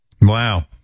Wow